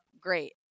great